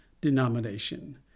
denomination